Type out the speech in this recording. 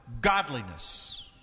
godliness